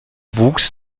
wuchs